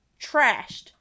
trashed